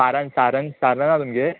सारान सारान सारन हा तुमगेर